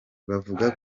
bavuga